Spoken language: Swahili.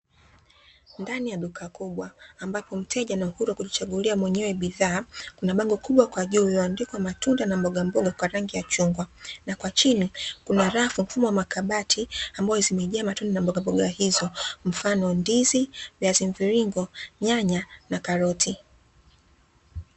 Ndani ya duka kubwa, ambapo mteja ana uhuru wa kujichagulia mwenyewe bidhaa, kuna bango kubwa kwa juu lililoandikwa matunda na mbogamboga kwa rangi ya chungwa, na kwa chini kuna rafu mfumo wa makabati, ambazo zimejaa matunda na mbogamboga hizo, mfano ndizi, viazimviringo, nyanya na karoti.